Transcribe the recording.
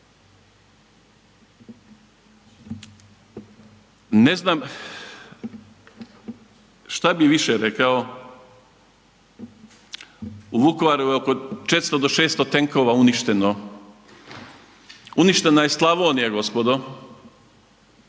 Ne znam šta bi više rekao, u Vukovaru je oko 400 do 600 tenkova uništeno, uništena je Slavonija gospodo,